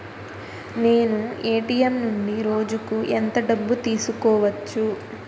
నేను ఎ.టి.ఎం నుండి రోజుకు ఎంత డబ్బు తీసుకోవచ్చు?